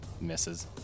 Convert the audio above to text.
misses